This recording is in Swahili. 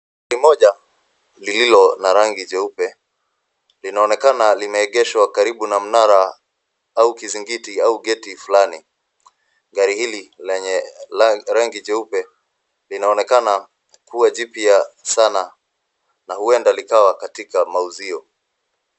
Gari moja lililo la rangi nyeupe linaonekana limeegeshwa karibu na mnara au kizingiti au (cs)gate(cs) fulani. Gari hili lenye rangi jeupe linaonekana kuwa jipya sana na huenda likawa katika mauzio.